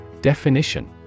Definition